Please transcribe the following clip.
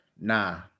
nah